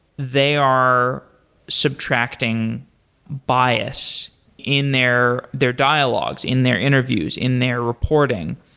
they are subtracting bias in their their dialogues, in their interviews, in their reporting.